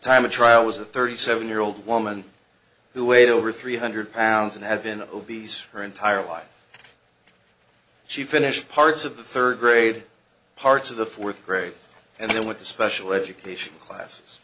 time of trial was a thirty seven year old woman who weighed over three hundred pounds and had been obese her entire life she finished parts of the third grade parts of the fourth grade and with the special education classes